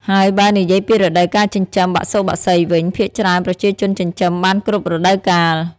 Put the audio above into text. ហើយបើនិយាយពីរដូវការចិញ្ចឹមបសុបក្សីវិញ ភាគច្រើនប្រជាជនចិញ្ចឹមបានគ្រប់រដូវកាល។